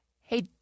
Hey